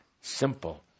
simple